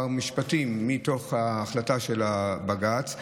כמה משפטים מתוך ההחלטה של בג"ץ.